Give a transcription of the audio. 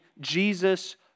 Jesus